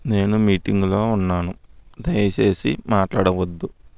నేను మీటింగులో ఉన్నాను దయచేసి మాట్లాడవద్దు